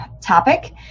topic